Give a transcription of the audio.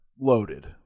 Loaded